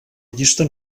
llista